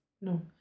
No